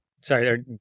Sorry